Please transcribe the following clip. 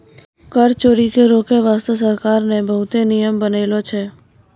कर चोरी के रोके बासते सरकार ने बहुते नियम बनालो छै